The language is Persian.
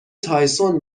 تایسون